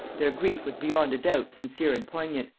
their grief was beyond a doubt sincere and poignant,